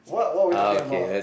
what were we talking about